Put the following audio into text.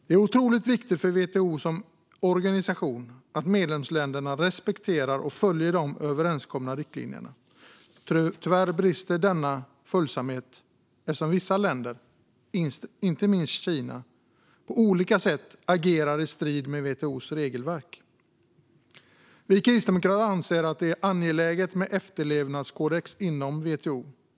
Det är otroligt viktigt för WTO som organisation att medlemsländerna respekterar och följer de överenskomna riktlinjerna. Tyvärr brister denna följsamhet, eftersom vissa länder, inte minst Kina, på olika sätt agerar i strid med WTO:s regelverk. Vi kristdemokrater anser att det är angeläget med en efterlevnadskodex inom WTO.